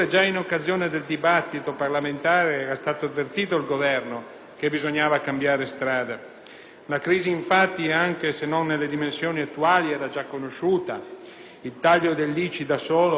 La crisi infatti, anche se non nelle dimensioni attuali, era già conosciuta ed il taglio dell'ICI, da solo, ha sottratto alle casse dello Stato più di 3 miliardi di euro e Dio sa quanto oggi sarebbe utile